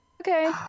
Okay